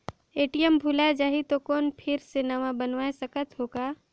ATM भुलाये जाही तो कौन फिर से नवा बनवाय सकत हो का?